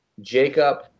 Jacob